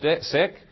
sick